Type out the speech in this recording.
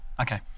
Okay